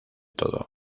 todo